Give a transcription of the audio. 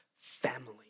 family